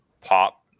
pop